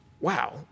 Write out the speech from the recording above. wow